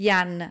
Jan